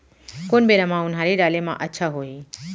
कोन बेरा म उनहारी डाले म अच्छा होही?